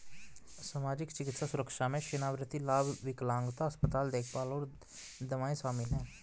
सामाजिक, चिकित्सा सुरक्षा में सेवानिवृत्ति लाभ, विकलांगता, अस्पताल देखभाल और दवाएं शामिल हैं